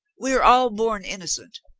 we are all born innocent.